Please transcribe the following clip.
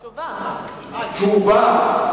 תשובה.